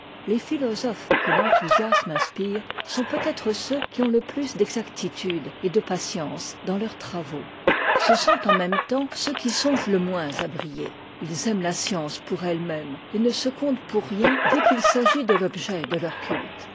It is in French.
les philosophes que l'enthousiasme inspire sont peut-être ceux qui ont le plus d'exactitude et de patience dans leurs travaux ce sont en même temps ceux qui songent le moins à briller ils aimeut la science pour ehe même et ne se comptent pour rien dès qu'il s'agit de l'objet de leur culte